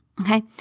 Okay